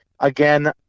Again